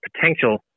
potential